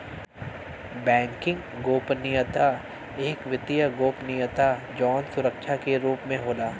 banking गोपनीयता एक वित्तीय गोपनीयता जौन सुरक्षा के रूप में होला